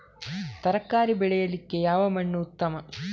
ತರಕಾರಿ ಬೆಳೆಯಲಿಕ್ಕೆ ಯಾವ ಮಣ್ಣು ಉತ್ತಮ?